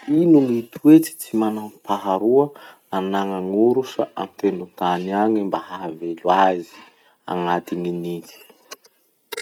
Ino gny toetsy tsy manam-paharoa anagnan'orsa an-tendrontany agny mba hahavelo agnaty ny nitsy?